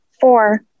Four